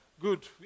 Good